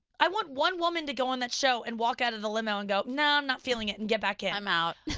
i want one woman to go on that show and walk out of the limo and go, nah, i'm not feeling it, and get back in. i'm out.